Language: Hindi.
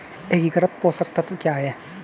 एकीकृत पोषक तत्व क्या है?